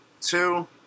two